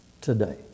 today